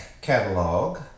catalog